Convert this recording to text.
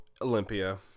Olympia